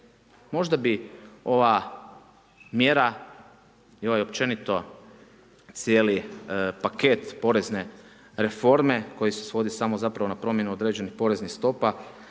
Možda bi ova mjera i ovaj općenito cijeli paket porezne reforme koji se svodi samo zapravo na promjenu određenih poreznih stopa